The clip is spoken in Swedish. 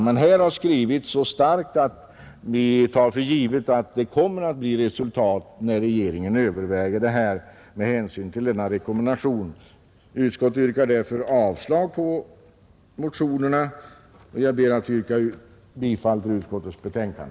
Utskottets skrivning är så stark att vi tar för givet att det kommer att bli resultat när regeringen överväger frågan med hänsyn till Nordiska rådets rekommendation, Utskottet yrkar därför avslag på motionerna, och jag ber att få yrka bifall till utskottets hemställan,